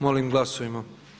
Molim glasujmo.